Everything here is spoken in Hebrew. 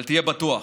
אבל תהיה בטוח